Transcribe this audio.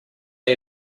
you